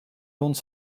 rond